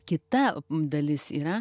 kita dalis yra